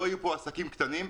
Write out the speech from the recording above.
לא יהיו פה עסקים קטנים,